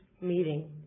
meeting